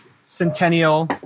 Centennial